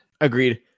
Agreed